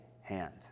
hand